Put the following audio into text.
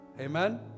Amen